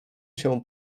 się